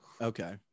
Okay